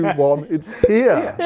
one, it's here.